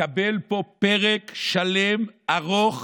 מקבל פה פרק שלם ארוך